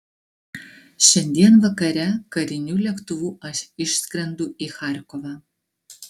šiandien vakare kariniu lėktuvu aš išskrendu į charkovą